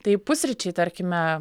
tai pusryčiai tarkime